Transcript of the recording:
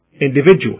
individual